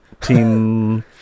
Team